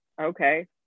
okay